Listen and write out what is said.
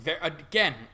again